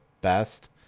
best